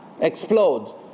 explode